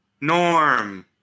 Norm